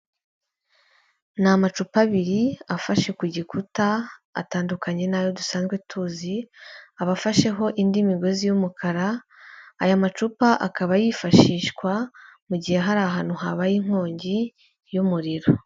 Ni amacupa abiri afashe ku gikuta atandukanye n'ayo dusanzwe tuzi. Aba afasheho indi migozi y'umukara, aya macupa akaba yifashishwa mu gihe hari ahantu habaye inkongi y'umuriro.